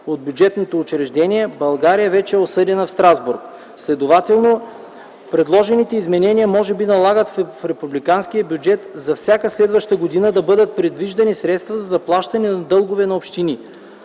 от бюджетно учреждение, България вече е осъждана в Страсбург. Следователно предложените изменения може би налагат в републиканския бюджет за всяка следваща година да бъдат предвиждани средства за изплащане на дългове на общини.